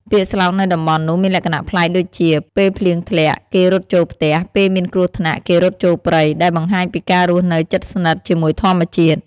ពាក្យស្លោកនៅតំបន់នោះមានលក្ខណៈប្លែកដូចជា "ពេលភ្លៀងធ្លាក់ គេរត់ចូលផ្ទះ ពេលមានគ្រោះថ្នាក់ គេរត់ចូលព្រៃ" ដែលបង្ហាញពីការរស់នៅជិតស្និទ្ធជាមួយធម្មជាតិ។